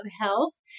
health